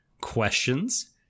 questions